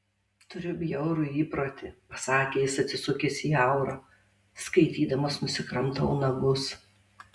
turiu bjaurų įprotį pasakė jis atsisukęs į aurą skaitydamas nusikramtau nagus